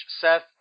Seth